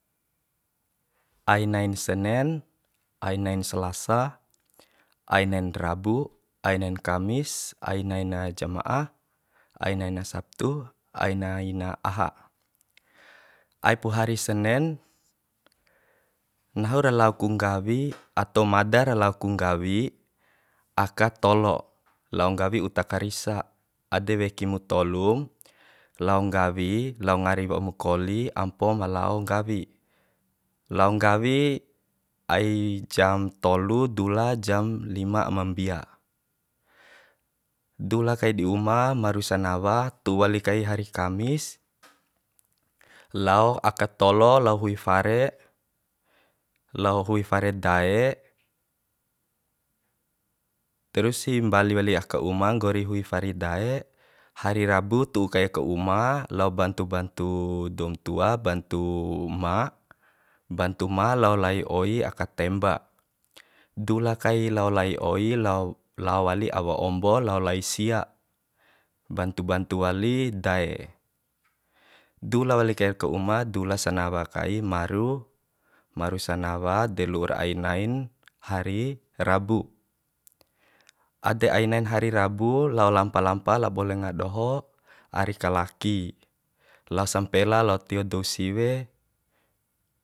Ainain senen ai nain salasa ai nain rabu ai nain kamis ai naina jama'a ai nain sabtu ai naina aha ai pu hari senen nahu ra lao ku nggawi ato madar lao ku nggawi aka tolo lao nggawi uta karisa ade weki mu tolum lao nggawi lao ngari waumu koli ampom malao nggawi lao nggawi ai jam tolu dula jam lima aima mbia dula kai di uma maru sanawa tuwali kai hari kamis lao aka tolo lao hui fare lao hui fare dae terusi mbali wali aka uma nggori hui fare dae hari rabu tu kai ka uma lao bantu bantu doum tua bantu ma bantu ma lao lai oi aka temba dula kai lao lai oi lao lao wali awa ombo lao lai sia bantu bantu wali dae dula wali kai ka uma dula sanawa kai maru maru sanawa delu'ura ainain hari rabu ade ainain hari rabu lao lampa lampa labo lenga doho ari kalaki lao sampela lao tio dou siwe